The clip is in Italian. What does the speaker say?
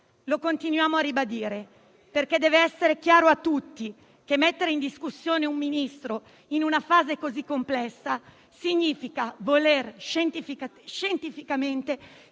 Lo continuiamo a ribadire perché deve essere chiaro a tutti che mettere in discussione un Ministro in una fase così complessa significa voler scientificamente